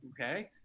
okay